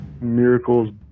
miracles